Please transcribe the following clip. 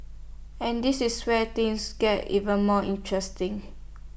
and this is where things get even more interesting